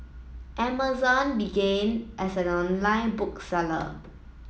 Amazon began as an online book seller